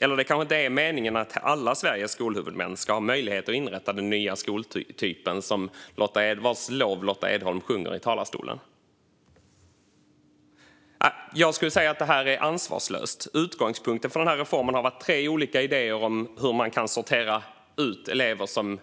Eller det kanske inte är meningen att alla Sveriges skolhuvudmän ska ha möjlighet att inrätta den nya skoltypen, vars lov Lotta Edholm sjunger i talarstolen? Jag skulle säga att det här är ansvarslöst. Utgångspunkten för den här reformen har varit tre olika idéer om hur man kan sortera ut elever som